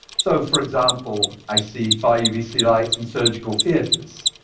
so for example, i see far-uvc lights in surgical theaters.